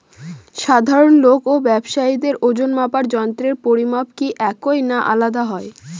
সাধারণ লোক ও ব্যাবসায়ীদের ওজনমাপার যন্ত্রের পরিমাপ কি একই না আলাদা হয়?